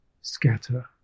scatter